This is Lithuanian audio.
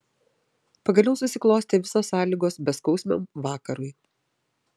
pagaliau susiklostė visos sąlygos beskausmiam vakarui